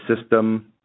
system